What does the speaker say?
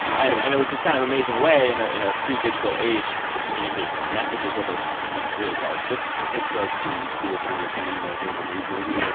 and and it was this kind of amazing way in in a pre-digital age to communicate messages over you know really large businesses it's like in the return of the king, the lord of the rings movie,